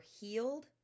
healed